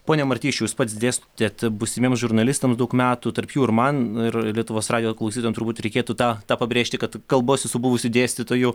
pone martišiau jūs pats dėstėt būsimiems žurnalistams daug metų tarp jų ir man ir lietuvos radijo klausytojam turbūt reikėtų tą tą pabrėžti kad kalbuosi su buvusiu dėstytoju